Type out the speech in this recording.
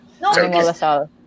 No